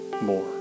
more